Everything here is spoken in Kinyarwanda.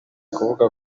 kuvuga